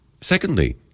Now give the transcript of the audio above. Secondly